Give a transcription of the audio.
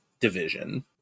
division